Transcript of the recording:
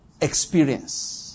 experience